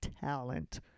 talent